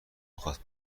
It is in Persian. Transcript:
خواست